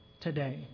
today